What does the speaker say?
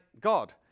God